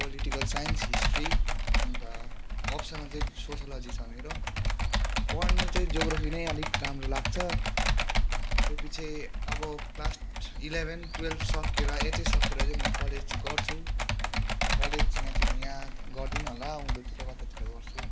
political science history अन्त optional चाहिँ sociology छ मेरो पढ्नु चाहिँ जियोग्रफी नै अलिक राम्रो लाग्छ त्योपछि अब क्लास एलेभेन टुवेल्भ सकेर एचएस सकेर चाहिँ म कलेज गर्छु कलेज यहाँतिर यहाँ गर्दिनँ होला उँधोतिर कतैतिर गर्छु